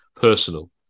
personal